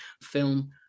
film